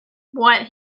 what